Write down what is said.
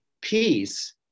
peace